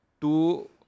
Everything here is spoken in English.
two